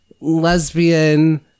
lesbian